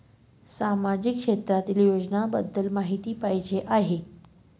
सामाजिक क्षेत्रातील योजनाबद्दल माहिती पाहिजे आहे?